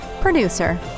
producer